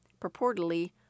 purportedly